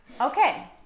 Okay